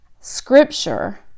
scripture